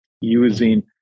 using